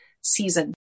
season